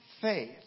faith